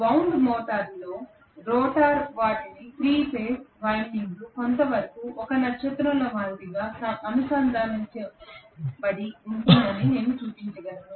wound రోటర్లోని రోటర్ వాటిని 3 ఫేజ్ వైండింగ్లు కొంతవరకు ఒక నక్షత్రంలో మాదిరి అనుసంధానించబడి ఉండవచ్చని నేను చూపించగలను